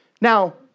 Now